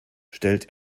stellt